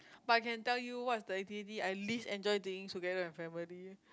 but I can tell you what's the activity that I least enjoyed doing together with my family